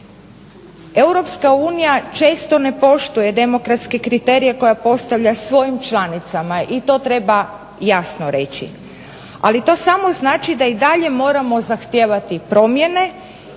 Europska unija često ne poštuje demokratske kriterije koje postavlja svojim članicama i to treba jasno reći. Ali to samo znači da i dalje moramo zahtijevati promjene